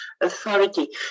Authority